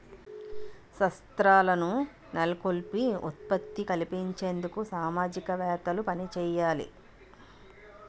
సంస్థలను నెలకొల్పి ఉపాధి కల్పించేందుకు సామాజికవేత్తలు పనిచేయాలి